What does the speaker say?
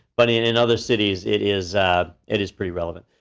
but in in other cities it is it is pretty relevant.